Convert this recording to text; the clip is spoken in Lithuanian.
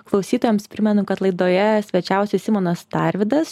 klausytojams primenu kad laidoje svečiavosi simonas tarvydas